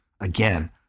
Again